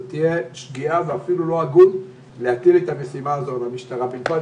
זו תהיה שגיאה ואפילו לא הגון להטיל את המשימה הזאת על המשטרה בלבד,